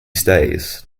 stays